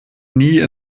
nie